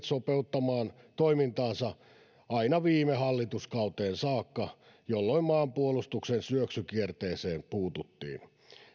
sopeuttamaan toimintaansa aina viime hallituskauteen saakka jolloin maanpuolustuksen syöksykierteeseen puututtiin